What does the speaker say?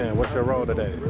what's your role today?